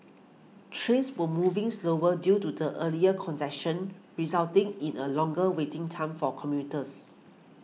trains were moving slower due to the earlier congestion resulting in a longer waiting time for commuters